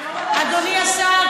אדוני השר,